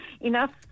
Enough